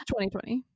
2020